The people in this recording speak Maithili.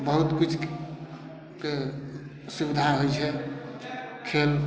बहुत किछुके सुविधा होइ छै खेल